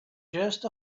just